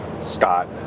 Scott